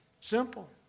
simple